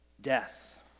death